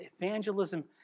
evangelism